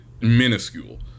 minuscule